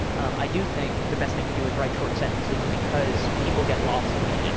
um i do think the best thing to do is write short sentences because people get lost in. yes.